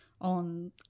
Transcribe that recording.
on